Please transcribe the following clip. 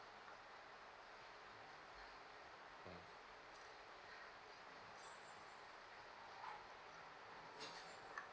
mm